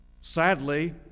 Sadly